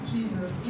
Jesus